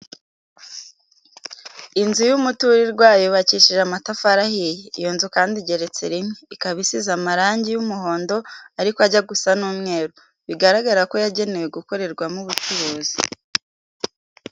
Inzu y'umututrirwa, yubakishije amatafari ahiye. Iyo nzu kandi igeretse rimwe, ikaba isize amarangi y'umuhondo ariko ajya gusa n'umweru, biragaragara ko yagenewe gukorerwamo ubucuruzi.